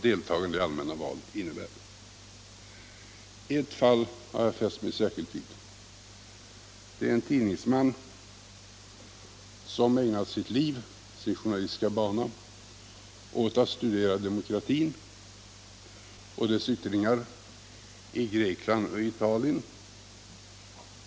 Det är en tidningsman, som ägnat sitt liv, sin journalistiska bana åt att studera demokratin och dess yttringar i Grekland och Italien.